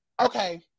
Okay